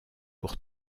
pour